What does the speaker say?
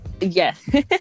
yes